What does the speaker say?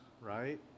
right